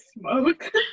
smoke